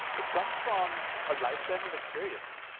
it comes from a lifetime of experience.